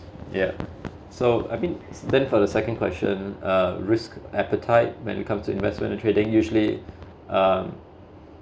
yeah so I mean then for the second question uh risk appetite when it comes to investment and trading usually um